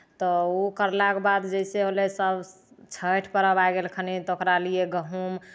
तऽ ओ कयलाके बाद जैसे होलै सभ छठि पर्व आइ गेलखिन तऽ ओकरा लिए गहूम